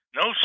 no